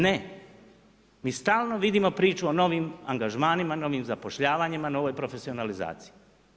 Ne, mi stalno vidimo priču o novim angažmanima, novim zapošljavanjima, novoj profesionalizaciji.